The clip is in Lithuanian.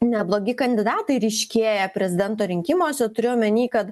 neblogi kandidatai ryškėja prezidento rinkimuose turiu omeny kad